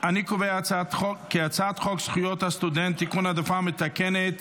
הצעת חוק זכויות הסטודנט (תיקון, העדפה מתקנת